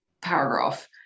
paragraph